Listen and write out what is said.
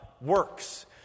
works